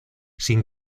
sin